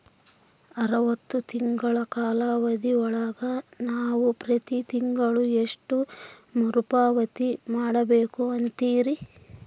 ಅರವತ್ತು ತಿಂಗಳ ಕಾಲಾವಧಿ ಒಳಗ ನಾವು ಪ್ರತಿ ತಿಂಗಳು ಎಷ್ಟು ಮರುಪಾವತಿ ಮಾಡಬೇಕು ಅಂತೇರಿ?